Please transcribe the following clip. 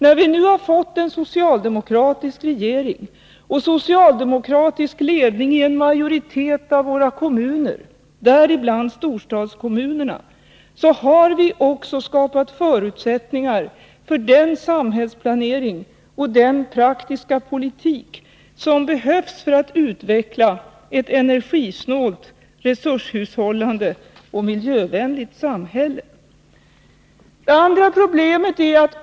När vi nu fått en socialdemokratisk regering och socialdemokratisk ledningi en majoritet av våra kommuner — däribland storstadskommunerna — har vi också skapat förutsättningar för den samhällsplanering och den praktiska politik som behövs för att utveckla ett energisnålt, resurshushållande och miljövänligt samhälle.